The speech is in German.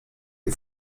sie